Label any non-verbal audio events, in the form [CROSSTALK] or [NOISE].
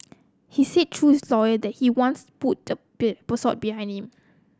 he said through his lawyer that he wants put [UNINTELLIGIBLE] put [UNINTELLIGIBLE] behind him